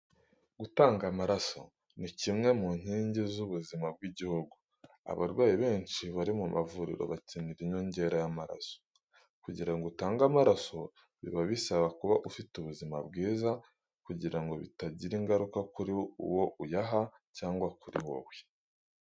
Gutanga amaraso ni kimwe mu nkingi z'ubuzima bw'igihugu, abarwayi benshi bari mu mavuriro bakenera inyongera y'amaraso. Kugira ngo utange amaraso biba bisaba kuba ufite ubuzima bwiza kugira ngo bitagira ingaruka kuri uwo uyaha cyangwa kuri wowe.